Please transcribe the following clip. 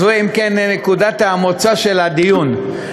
אז זוהי, אם כן, נקודת המוצא של הדיון.